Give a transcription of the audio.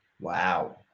Wow